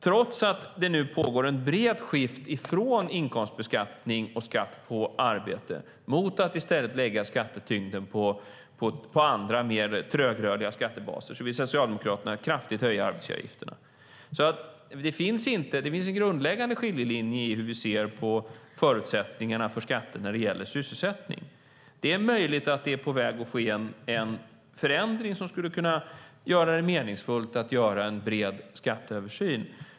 Trots att det nu pågår ett brett skifte från inkomstbeskattning och skatt på arbete mot att i stället lägga skattetyngden på andra mer trögrörliga skattebaser vill Socialdemokraterna kraftigt höja arbetsgivaravgifterna. Det finns en grundläggande skiljelinje i hur vi ser på förutsättningarna för skatter när det gäller sysselsättning. Det är möjligt att det är på väg att ske en förändring som skulle kunna göra det meningsfullt att göra en bred skatteöversyn.